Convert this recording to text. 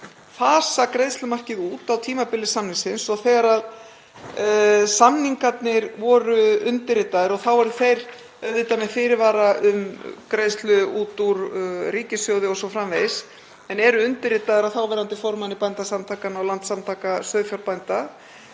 fasa greiðslumarkið út á tímabili samningsins og þegar samningarnir voru undirritaðir var það auðvitað með fyrirvara um greiðslu út úr ríkissjóði o.s.frv., en eru undirritaðir af þáverandi formanni Bændasamtakanna og Landssamtaka sauðfjárbænda